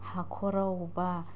हाखराव बा